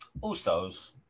Usos